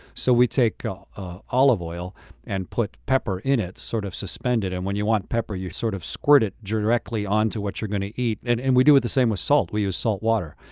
so we take ah ah olive oil and put pepper in it to sort of suspend it. and when you want pepper, you sort of squirt it directly onto what you're going to eat. and and we do it the same with salt. we use salt water,